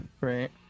right